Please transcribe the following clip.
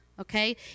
Okay